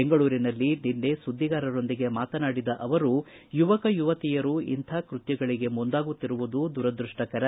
ಬೆಂಗಳೂರಿನಲ್ಲಿ ನಿನ್ನೆ ಸುದ್ದಿಗಾರರೊಂದಿಗೆ ಮಾತನಾಡಿದ ಅವರು ಯುವಕ ಯುವತಿಯರು ಇಂಥ ಕೃತ್ಯಗಳಿಗೆ ಮುಂದಾಗುತ್ತಿರುವುದು ದುರದೃಷ್ಟಕರ